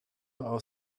auf